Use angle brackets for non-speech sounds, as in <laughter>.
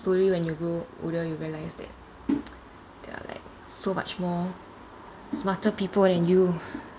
slowly when you grow older you realise that <noise> there are like so much more smarter people than you